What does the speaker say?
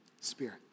spirit